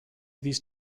these